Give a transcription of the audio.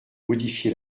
modifié